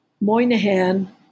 Moynihan